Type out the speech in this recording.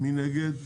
הצבעה בעד, 0 נגד,